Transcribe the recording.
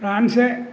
France